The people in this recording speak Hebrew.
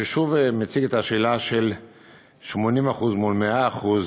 ששוב מציג את השאלה של 80% מול 100%